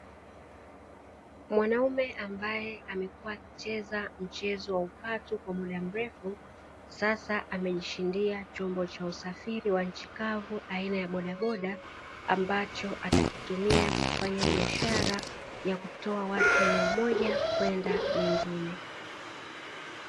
Mwanaume ambaye amekuwa akicheza mchezo wa upato kwa muda mrefu, sasa amejishindia chombo cha usafiri wa nchi kavu aina ya bodaboda ambacho atakitumia kufanya biashara ya kutoa watu eneo moja kwenda lingine.